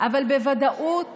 אבל בוודאות